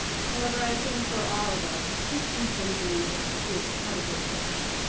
however, i think for all of us this symposium is a little is quite a bit different.